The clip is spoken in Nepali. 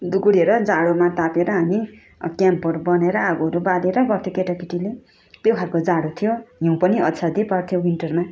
दुगुरेर जाडोमा तापेर हामी क्याम्पहरू बनाएर आगोहरू बालेर गर्थ्यो केटाकेटीहरूले त्यो खालको जाडो थियो हिउँ पनि असाद्य पर्थ्यो विन्टरमा